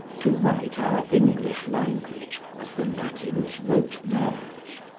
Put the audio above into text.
to write our english language as the latins wrote theirs,